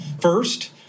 First